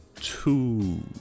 two